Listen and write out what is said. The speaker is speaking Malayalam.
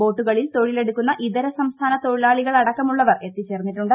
ബോട്ടുകളിൽ തൊഴിലെടുക്കുന്ന ഇതര സംസ്ഥാന തൊഴിലാളികൾ അടക്കമുള്ളവർ എത്തിച്ചേർന്നിട്ടുണ്ട്